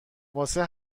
واسه